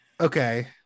okay